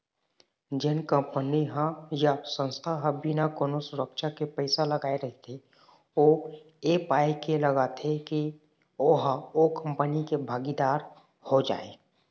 जेन कंपनी ह या संस्था ह बिना कोनो सुरक्छा के पइसा लगाय रहिथे ओ ऐ पाय के लगाथे के ओहा ओ कंपनी के भागीदार हो जाय